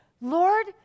Lord